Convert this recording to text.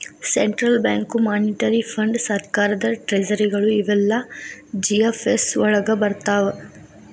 central bank, monetary ಫಂಡ್.ಸರ್ಕಾರದ್ ಟ್ರೆಜರಿಗಳು ಇವೆಲ್ಲಾ ಜಿ.ಎಫ್.ಎಸ್ ವಳಗ್ ಬರ್ರ್ತಾವ